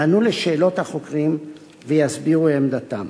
יענו על שאלות החוקרים ויסבירו עמדתם.